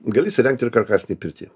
gali įsirengt ir karkasinėj pirty